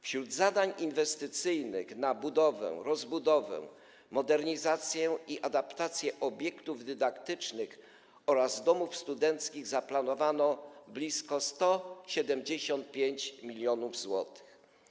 Wśród zadań inwestycyjnych na budowę, rozbudowę, modernizację i adaptację obiektów dydaktycznych oraz domów studenckich zaplanowano blisko 175 mln zł.